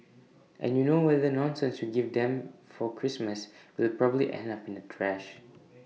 and you know whatever nonsense you give them for Christmas will probably end up in the trash